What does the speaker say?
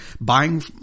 buying